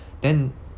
then